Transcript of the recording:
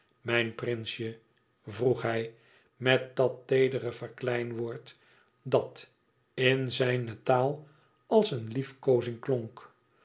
mijn prinsje vroeg hij met dat teedere verkleinwoord dat in zijne taal als een liefkoozing klonk